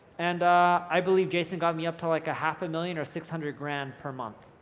and i believe jason got me up to like, a half a million or six hundred grand per month.